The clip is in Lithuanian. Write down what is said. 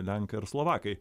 lenkai ar slovakai